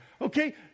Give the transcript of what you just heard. Okay